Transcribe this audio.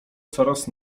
coraz